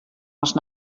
els